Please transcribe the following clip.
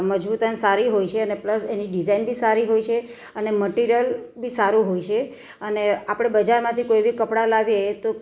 મજબૂત અને સારી હોય છે પ્લસ એની ડિઝાઇન બી સારી હોય છે અને મટિરયલ બી સારું હોય છે અને આપણે બજારમાંથી કોઈબી કપડા લાવીએ તો